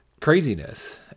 craziness